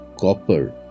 copper